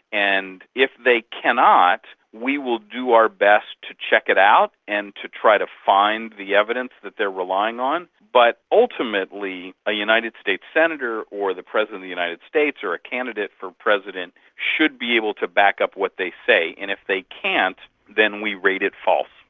and if they cannot, we will do our best to check it out and to try to find the evidence that they are relying on, but ultimately a united states senator or the president of the united states or a candidate for president should be able to back up what they say, and if they can't then we rate it false.